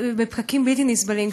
בפקקים בלתי נסבלים.